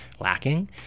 lacking